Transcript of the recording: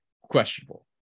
questionable